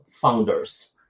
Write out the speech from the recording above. founders